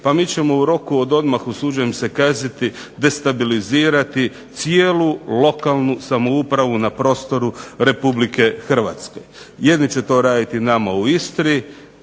Pa mi ćemo u roku od odmah, usuđujem se kazati, destabilizirati cijelu lokalnu samoupravu na prostoru Republike Hrvatske. Jedni će to raditi nama u Istri,